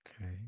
okay